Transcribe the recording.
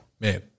Man